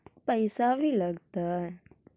पैसा भी लगतय?